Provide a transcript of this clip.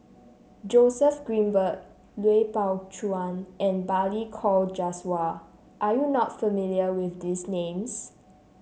Joseph Grimberg Lui Pao Chuen and Balli Kaur Jaswal are you not familiar with these names